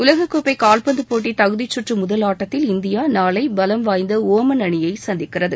உலக கோப்பை கால்பந்து போட்டி தகுதிக்கற்று முதல் ஆட்டத்தில் இந்தியா நாளை பலம்வாய்ந்த ஒமன் அணியை சந்திக்கிறது